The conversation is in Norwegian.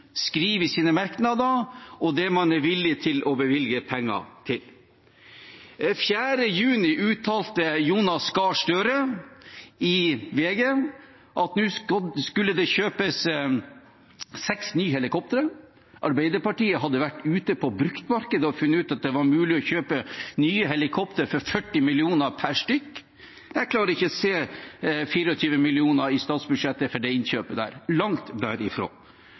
skriver i sine merknader, og det de er villig til å bevilge penger til. Den 4. juni uttalte Jonas Gahr Støre i VG at nå skulle det kjøpes seks nye helikopter. Arbeiderpartiet hadde vært ute på bruktmarkedet og funnet ut at det var mulig å kjøpe nye helikopter for 40 mill. per stykk. Jeg klarer ikke å se 24 mill. i statsbudsjettet for det innkjøpet – langt